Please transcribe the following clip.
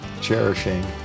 cherishing